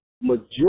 majority